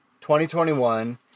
2021